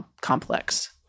complex